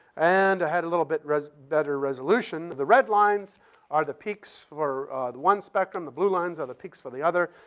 and i had a little bit better resolution. the red lines are the peaks for one spectrum. the blue lines are the peaks for the other.